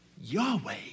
Yahweh